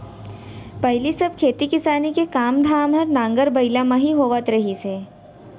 पहिली सब खेती किसानी के काम धाम हर नांगर बइला म ही होवत रहिस हे